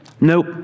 nope